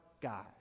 guy